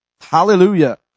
Hallelujah